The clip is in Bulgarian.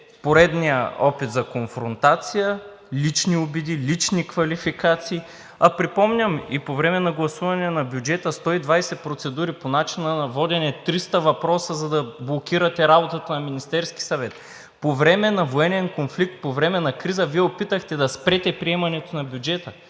поредния опит за конфронтация, лични обиди, лични квалификации, а припомням – и по време на гласуване на бюджета 120 процедури по начина на водене, 300 въпроса, за да блокирате работата на Министерския съвет – по време на военен конфликт, по време на криза Вие опитахте да спрете приемането на бюджета.